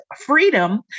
freedom